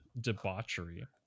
debauchery